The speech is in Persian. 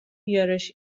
بیارش